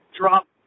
drop